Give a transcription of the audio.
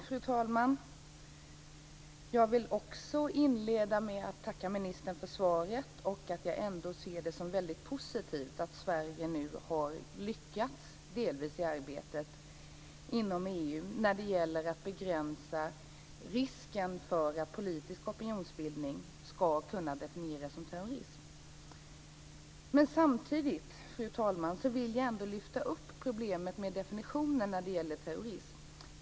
Fru talman! Också jag vill inleda med att tacka ministern för svaret. Jag ser det som väldigt positivt att Sverige nu delvis har lyckats i arbetet inom EU när det gäller att begränsa risken för att politisk opinionsbildning kan definieras som terrorism. Samtidigt, fru talman, vill jag lyfta upp problemet med definitionen av terrorism.